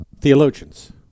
theologians